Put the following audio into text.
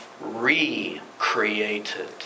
recreated